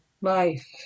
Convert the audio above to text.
life